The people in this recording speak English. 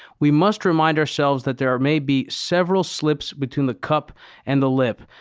we must remind ourselves that there may be several slips between the cup and the lip.